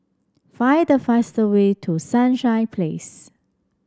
find the fastest way to Sunshine Place